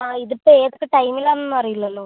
ആ ഇത് ഇപ്പം ഏതൊക്കെ ടൈമിലാന്ന് അറീല്ലല്ലോ